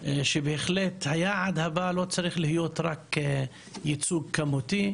שבהחלט היעד הבא לא צריך להיות רק ייצוג כמותי,